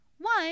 One